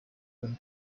when